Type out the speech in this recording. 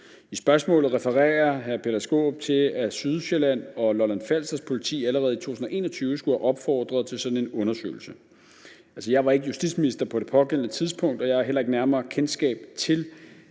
I spørgsmålet refererer hr. Peter Skaarup til, at Sydsjællands og Lolland-Falsters Politi allerede i 2021 skulle have opfordret til sådan en undersøgelse. Jeg var ikke justitsminister på det pågældende tidspunkt, og jeg har heller ikke nærmere kendskab til